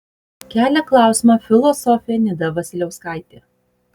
kelia klausimą filosofė nida vasiliauskaitė